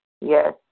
Yes